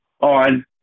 on